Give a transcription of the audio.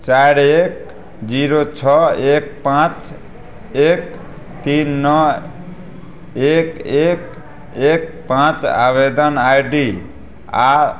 चारि एक जीरो छओ एक पाँच एक तीन नओ एक एक एक पाँच आवेदन आइ डी आ